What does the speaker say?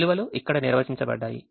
విలువలు ఇక్కడ నిర్వచించబడ్డాయి